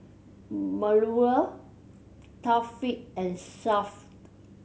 Melur Taufik and Shuib